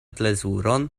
plezuron